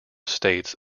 states